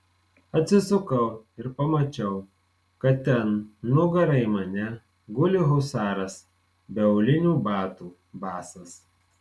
atsisukau ir pamačiau kad ten nugara į mane guli husaras be aulinių batų basas